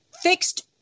fixed